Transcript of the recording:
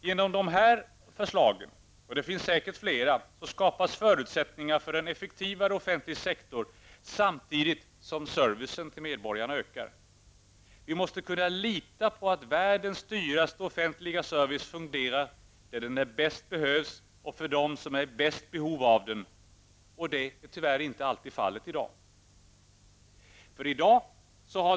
Genom dessa förslag, och det finns säkert flera, skapas förutsättningar för en effektivare offentlig sektor samtidigt som servicen till medborgarna ökar. Vi måste kunna lita på att världens dyraste offentliga service fungerar där den bäst behövs och för dem som är i störst behov av den, och detta är i dag tyvärr inte alltid fallet.